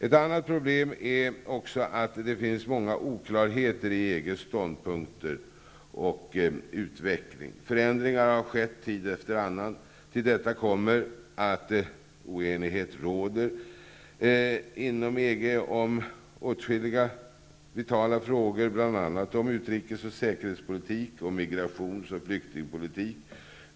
Ett annat problem är att det finns många oklarheter i EG:s ståndpunkter och utveckling. Förändringar har skett tid efter annan. Till detta kommer att oenighet råder inom EG om åtskilliga vitala frågor, bl.a. när det gäller utrikes och säkerhetspolitik samt migrations och flyktingpolitik.